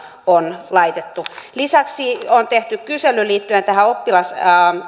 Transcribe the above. on laitettu lisäksi on tehty kysely liittyen näihin oppilas ja